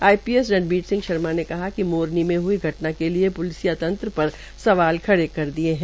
IPS Ranbir Singh Sharma ने कहा कि मोरनी में हुई घटना के लिये प्लिसिया तंत्र पर सवाल खड़े कर दिए हैं